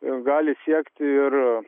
jos gali siekti ir